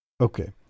okay